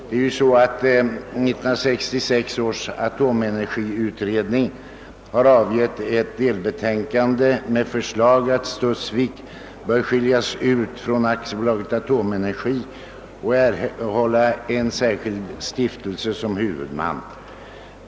Det är ju så att 1966 års atomenergiutredning har avgivit ett delbetänkande med förslag att Studsvik skall skiljas från AB Atomenergi och erhålla en särskild stiftelse som huvudman.